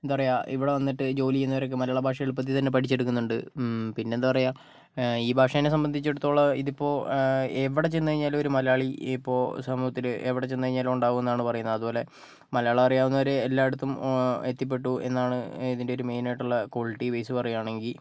എന്താ പറയുകാ ഇവിടെ വന്നിട്ട് ജോലി ചെയ്യുന്നവരൊക്കെ മലയാളഭാഷ എളുപ്പത്തിൽത്തന്നെ പഠിച്ചെടുക്കുന്നുണ്ട് പിന്നെന്താ പറയുക ഈ ഭാഷയെ സംബന്ധിച്ചിടത്തോളം ഇതിപ്പോൾ എവിടെ ചെന്നു കഴിഞ്ഞാലും ഒരു മലയാളി ഇപ്പോൾ സമൂഹത്തിൽ എവിടെച്ചെന്നു കഴിഞ്ഞാലും ഉണ്ടാകുമെന്നാണ് പറയുന്നത് അതുപോലെ മലയാളം അറിയാവുന്നവർ എല്ലായിടത്തും എത്തിപ്പെട്ടു എന്നാണ് ഇതിൻ്റെ ഒരു മെയ്നായിട്ടുള്ള ക്വാളിറ്റി ബേസ് പറയുകയാണെങ്കിൽ